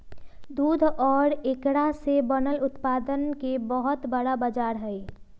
दूध और एकरा से बनल उत्पादन के बहुत बड़ा बाजार हई